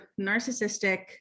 narcissistic